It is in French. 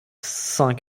cent